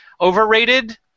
Overrated